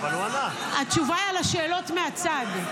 התשובה על השאלות מהצד.